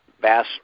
bass